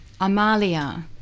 Amalia